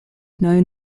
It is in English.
known